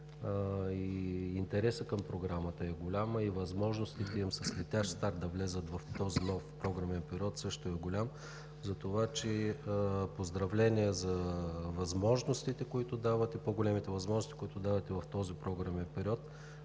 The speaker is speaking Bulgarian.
интересът към Програмата е голям, а и възможностите им с летящ старт да влязат в този нов програмен период също е голям. Поздравления за по-големите възможности, които давате в този програмен период.